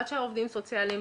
עד שהעובדים הסוציאליים